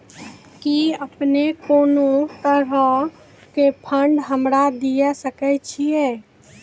कि अपने कोनो तरहो के फंड हमरा दिये सकै छिये?